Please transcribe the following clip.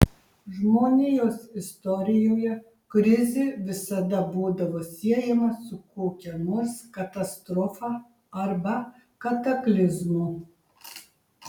žmonijos istorijoje krizė visada būdavo siejama su kokia nors katastrofa arba kataklizmu